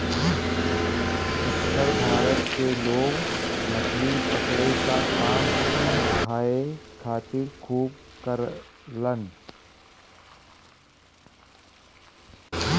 उत्तर भारत के लोग मछली पकड़े क काम खाए खातिर खूब करलन